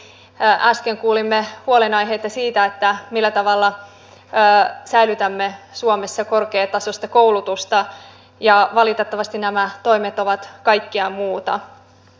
juuri äsken kuulimme huolenaiheita siitä millä tavalla säilytämme suomessa korkeatasoista koulutusta ja valitettavasti nämä toimet ovat kaikkea muuta